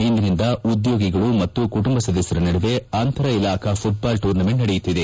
ಇಂದಿನಿಂದ ಉದ್ಯೋಗಿಗಳು ಮತ್ತು ಕುಟುಂಬ ಸದಸ್ಯರ ನಡುವೆ ಅಂತರ ಇಲಾಖಾ ಘುಟ್ದಾಲ್ ಟೂರ್ನ್ಮೆಂಟ್ ನಡೆಯುತ್ತಿದೆ